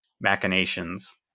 machinations